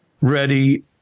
ready